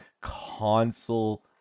console